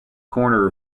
corner